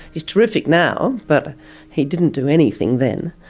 he's terrific now but he didn't do anything then.